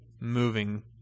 moving